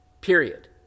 period